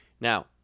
now